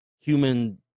human